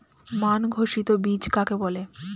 মান ঘোষিত বীজ কাকে বলে?